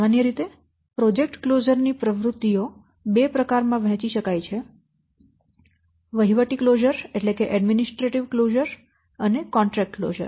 સામાન્ય રીતે project closure ની પ્રવૃત્તિઓ બે પ્રકારમાં વહેંચી શકાય છે વહીવટી કલોઝર અને કોન્ટ્રેક્ટ કલોઝર